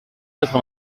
quatre